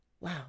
Wow